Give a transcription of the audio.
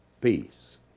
peace